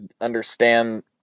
understand